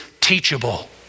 teachable